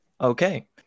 Okay